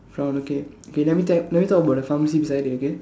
pharm~ okay okay let me talk let me talk about the pharmacy beside it okay